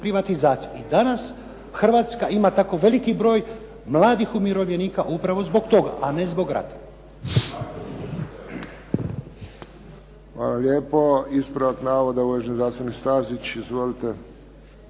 privatizacije. I danas Hrvatska ima tako veliki broj mladih umirovljenika upravo zbog toga, a ne zbog rata. **Friščić, Josip (HSS)** Hvala lijepo.